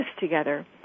together